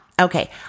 Okay